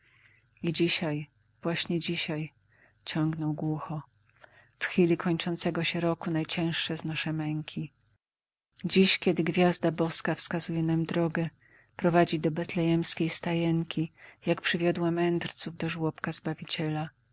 dzisiaj właśnie dzisiaj ciągnął głucho w chwili kończącego się roku najcięższe znoszę męki dziś kiedy gwiazda boska wskazuje nam drogę prowadzi do betleemskiej stajenki jak przywiodła mędrców do żłobka zbawiciela a